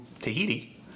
Tahiti